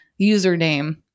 username